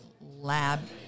lab